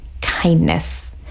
kindness